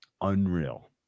Unreal